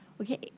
okay